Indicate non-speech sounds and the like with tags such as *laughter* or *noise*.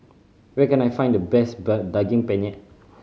where can I find the best *unintelligible* Daging Penyet